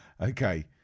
Okay